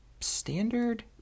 standard